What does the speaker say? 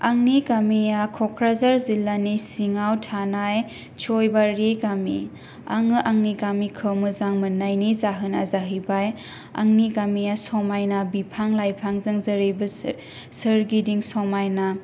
आंनि गामिया कक्राझार जिल्लानि सिङाव थानाय सयबारि गामि आङो आंनि गामिखौ मोजां मोननायनि जाहोना जाहैबाय आंनि गामिया समायना बिफां लाइफांजों जेरैबो सोरगिदिं समायना